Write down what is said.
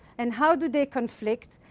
and how do they conflict?